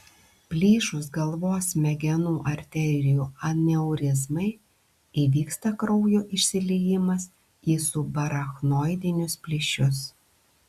plyšus galvos smegenų arterijų aneurizmai įvyksta kraujo išsiliejimas į subarachnoidinius plyšius